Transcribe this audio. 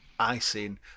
icing